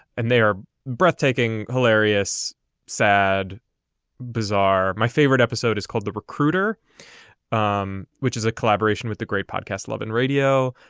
and they are breathtaking hilarious sad bizarre. my favorite episode is called the recruiter um which is a collaboration with the great podcast love and radio.